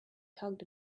tugged